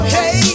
Hey